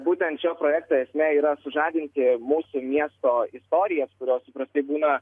būtent šio projekto esmė yra sužadinti mūsų miesto istorijas kurios paprastai būna